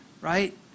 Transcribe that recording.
right